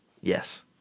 yes